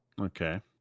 Okay